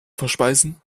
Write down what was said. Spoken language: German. verspeisen